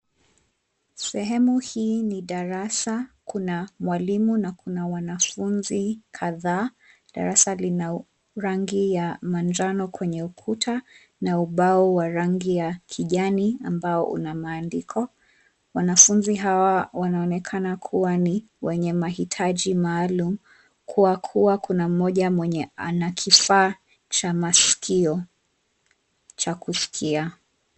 Sehemu hii ni darasa. Kuna mwalimu na kuna wanafunzi kadhaa. Darasa lina rangi ya manjano kwenye ukuta, na ubao wa rangi ya kijani, ambao una maandiko. Wanafunzi hawa wanaonekana kuwa ni wenye mahitaji maalum, kwa kuwa kuna mmoja mwenye ana kifaa cha masikio cha kusikia.